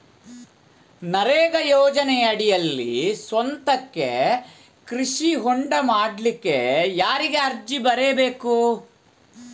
ನರೇಗಾ ಯೋಜನೆಯಡಿಯಲ್ಲಿ ಸ್ವಂತಕ್ಕೆ ಕೃಷಿ ಹೊಂಡ ಮಾಡ್ಲಿಕ್ಕೆ ಯಾರಿಗೆ ಅರ್ಜಿ ಬರಿಬೇಕು?